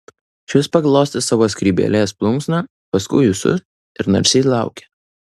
šis paglostė savo skrybėlės plunksną paskui ūsus ir narsiai laukė